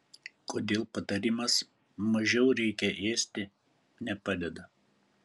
kodėl patarimas mažiau reikia ėsti nepadeda